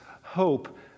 hope